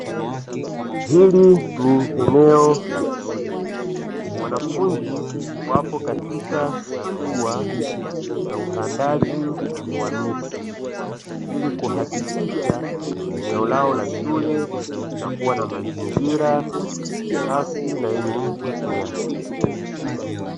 Hili ni eneo la shule, wanafunzi wapo katika hatua za upandaji wa miti, ili kuhakikisha eneo lao la shule linakuwa na mazingira safi na yenye kuvutia.